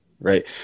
Right